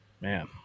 man